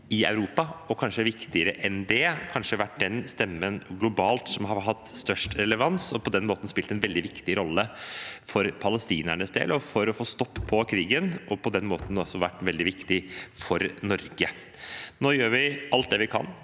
i Europa og – kanskje viktigere enn det – kanskje den stemmen som har hatt størst relevans globalt. Han har på den måten spilt en veldig viktig rolle for palestinernes del og for å få slutt på krigen, og på den måten altså vært veldig viktig for Norge. Nå gjør vi alt vi kan